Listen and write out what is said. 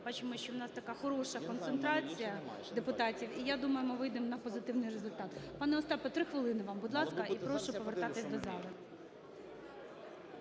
бачимо, що у нас така хороша концентрація депутатів, і я думаю, ми вийдемо на позитивний результат. Пане Остапе, три хвилини вам, будь ласка. І прошу повертатися до зали